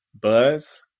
Buzz